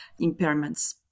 impairments